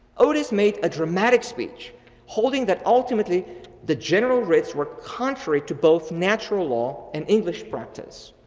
otis made a dramatic speech holding that ultimately the general rich were contrary to both natural law and english practice.